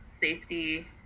safety